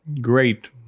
great